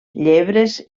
llebres